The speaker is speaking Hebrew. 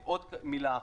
עוד מילה אחת.